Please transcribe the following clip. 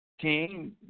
King